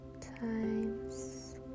times